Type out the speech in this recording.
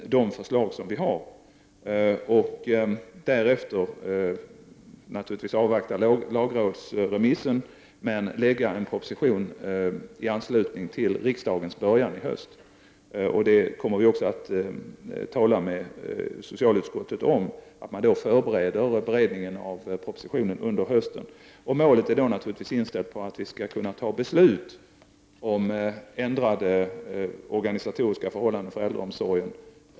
Därefter skall vi naturligvis avvakta lagrådsremissen och lägga fram en proposition i anslutning till riksdagens början i höst. Vi kommer också att tala med socialutskottet, så att det kan förbereda beredningen av propositionen under hösten. Målet är naturligtvis inställt på att vi i höst skall kunna fatta beslut om ändrade organisatoriska förhållanden för äldreomsorgen.